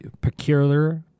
peculiar